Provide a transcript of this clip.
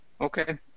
Okay